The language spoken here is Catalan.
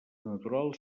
naturals